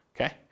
okay